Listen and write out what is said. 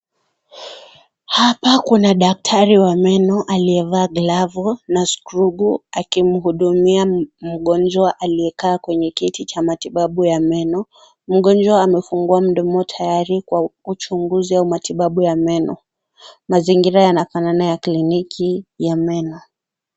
Hapa kuna daktari wa meno aliye vaa glavu, na strogu akimuhudumia mgonjwa aliyekaa kwenye kiti cha matibabu ya meno, mgonjwa amefungua mdomo tayari kwa uchunguzi wa matibabu ya meno, machunguzi yanafanana kliniki ya matibabu ya meno.